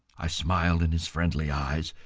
i smiled in his friendly eyes.